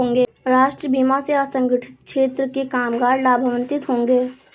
राष्ट्रीय बीमा से असंगठित क्षेत्र के कामगार लाभान्वित होंगे